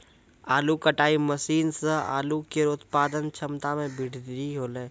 आलू कटाई मसीन सें आलू केरो उत्पादन क्षमता में बृद्धि हौलै